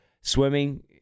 swimming